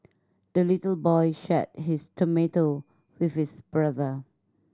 the little boy shared his tomato with his brother